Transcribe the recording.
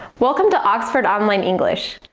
welcome to oxford online english!